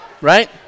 right